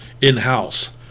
in-house